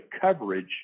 coverage